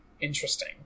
Interesting